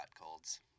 colds